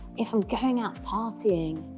if i'm going out partying,